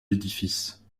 l’édifice